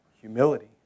humility